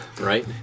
right